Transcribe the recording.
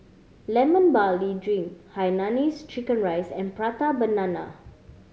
Lemon Barley Drink hainanese chicken rice and Prata Banana